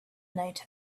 night